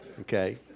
Okay